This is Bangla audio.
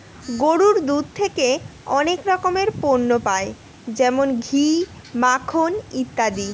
গরুর দুধ থেকে অনেক ধরনের পণ্য পাই যেমন ঘি, মাখন ইত্যাদি